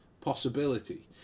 possibility